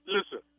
Listen